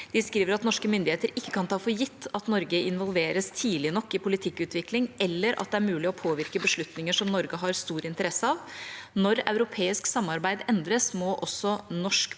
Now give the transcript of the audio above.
De skriver at norske myndigheter ikke kan ta for gitt at Norge involveres tidlig nok i politikkutvikling, eller at det er mulig å påvirke beslutninger som Norge har stor interesse av. Når europeisk samarbeid endres, må også norsk politikk utvikles